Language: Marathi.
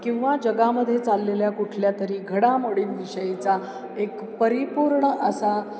किंवा जगामध्ये चाललेल्या कुठल्यातरी घडामोडींविषयीचा एक परिपूर्ण असा